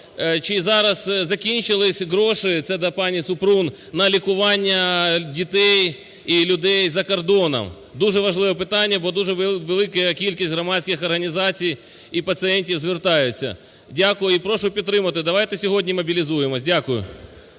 чи зараз закінчились гроші - це до пані Супрун, - на лікування дітей і людей за кордоном? Дуже важливе питання, бо дуже велика кількість громадських організацій і пацієнтів звертаються. Дякую і прошу підтримати. Давайте сьогодні мобілізуємось. Дякую.